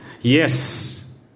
Yes